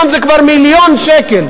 היום זה כבר מיליון שקל.